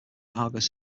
argus